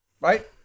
right